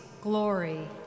glory